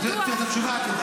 את התשובה את יודעת.